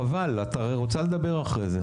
חבל, את הרי רוצה לדבר אחרי זה.